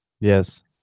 Yes